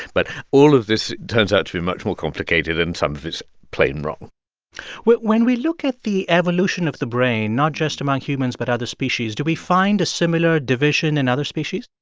but all of this turns out to be much more complicated, and some of it's plain wrong when when we look at the evolution of the brain, not just among humans but other species, do we find a similar division in and other species?